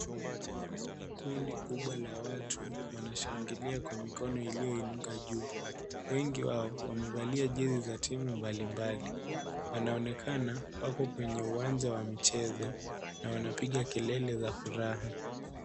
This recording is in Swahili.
Kundi kubwa la watu wanaoshangilia kwa mikono iliyoinuka juu wengi wao wamevalia jersey za timu mbali mbali, wanaonekana wako kwenye uwanja wa michezo na wanapiga kelele kwa furaha.